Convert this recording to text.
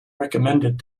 recommended